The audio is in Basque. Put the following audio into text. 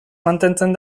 mantentzen